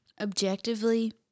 objectively